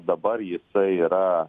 dabar jisai yra